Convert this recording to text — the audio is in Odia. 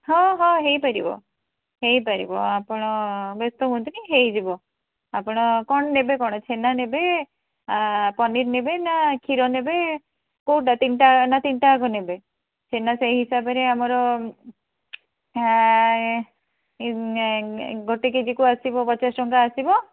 ହଁ ହଁ ହେଇପାରିବ ହେଇପାରିବ ଆପଣ ବ୍ୟସ୍ତ ହୁଅନ୍ତୁନି ହେଇଯିବ ଆପଣ କ'ଣ ନେବେ କ'ଣ ଛେନା ନେବେ ପନିର୍ ନେବେ ନା କ୍ଷୀର ନେବେ କେଉଁଟା ତିନିଟା ନା ତିନିଟା ଯାକ ନେବେ ଛେନା ସେହି ହିସାବରେ ଆମର ଗୋଟେ କେଜିକୁ ଆସିବ ପଚାଶ ଟଙ୍କା ଆସିବ